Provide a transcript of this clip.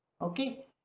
Okay